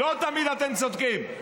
לא תמיד אתם צודקים.